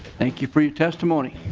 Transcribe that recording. thank you for your testimony.